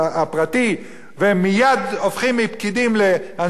והם מייד הופכים מפקידים לאנשי העשירון העליון,